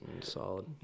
Solid